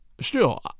Still